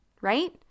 Right